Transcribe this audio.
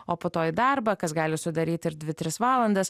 o po to į darbą kas gali sudaryt ir dvi tris valandas